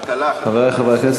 כלכלה, כלכלה.